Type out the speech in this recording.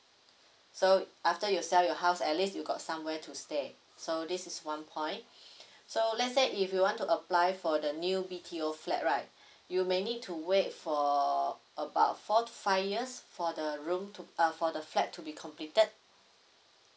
so after you sell your house at least you got somewhere to stay so this is one point so let's say if you want to apply for the new B_T_O flat right you may need to wait for about four to five years for the room to uh for the flat to be completed